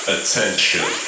Attention